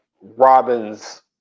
Robin's